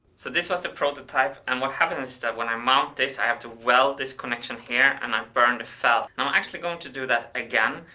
so this was the prototype, and what happens is that, when i mount this, i have to weld this connection here, and i've burned felt. i'm actually going to do that again,